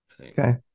Okay